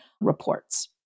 reports